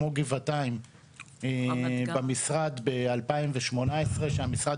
כמו גבעתיים במשרד ב-2018 כשהמשרד